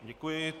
Děkuji.